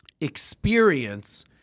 experience